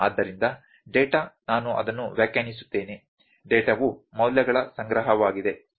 ಆದ್ದರಿಂದ ಡೇಟಾ ನಾನು ಅದನ್ನು ವ್ಯಾಖ್ಯಾನಿಸುತ್ತೇನೆ ಡೇಟಾವು ಮೌಲ್ಯಗಳ ಸಂಗ್ರಹವಾಗಿದೆ